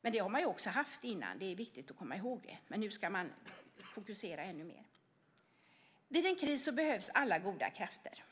Det är dock viktigt att komma ihåg att man även tidigare haft sådana. Nu ska man fokusera ännu mer på dem. Vid en kris behövs alla goda krafter.